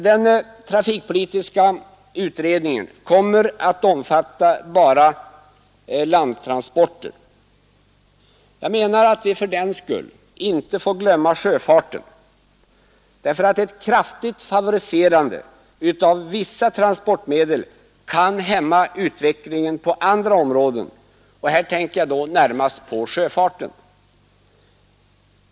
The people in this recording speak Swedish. Den trafikpolitiska utredningen kommer att omfatta endast landtransporter. Vi får fördenskull inte glömma sjöfarten. Ett kraftigt favoriserande av vissa transportmedel kan hämma utvecklingen på andra områden, och jag tänker då närmast på sjöfarten.